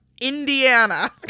indiana